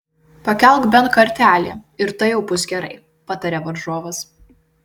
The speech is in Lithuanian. pakelk bent kartelį ir tai jau bus gerai pataria varžovas